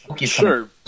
sure